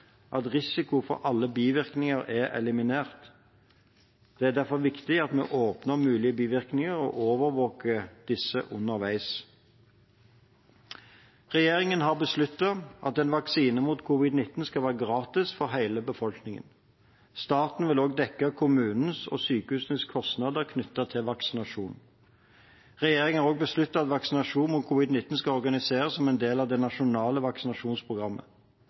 at risiko for alle bivirkninger er eliminert. Det er derfor viktig at vi er åpne om mulige bivirkninger og overvåker disse underveis. Regjeringen har besluttet at en vaksine mot covid-l9 skal være gratis for hele befolkningen. Staten vil også dekke kommunenes og sykehusenes kostnader knyttet til vaksinasjon. Regjeringen har også besluttet at vaksinasjon mot covid-19 skal organiseres som en del av det nasjonale